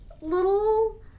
little